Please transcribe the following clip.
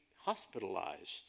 hospitalized